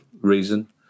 reason